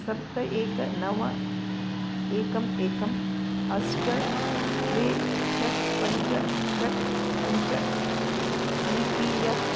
सप्त एक नव एकम् एकम् अष्ट द्वे षट् पञ्च षट् पञ्च ई पी एफ्